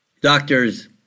doctors